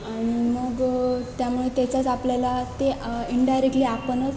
आणि मग त्यामुळे त्याचाच आपल्याला ते इन्डायरेक्टली आपणच